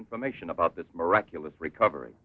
information about this miraculous recovery